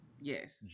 Yes